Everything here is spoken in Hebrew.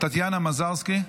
טטיאנה מזרסקי,